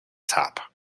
top